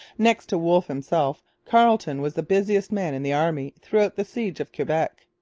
next to wolfe himself carleton was the busiest man in the army throughout the siege of quebec.